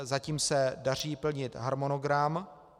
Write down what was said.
Zatím se daří plnit harmonogram.